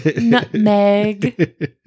nutmeg